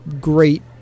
great